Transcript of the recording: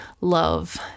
love